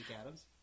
Adams